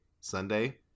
Sunday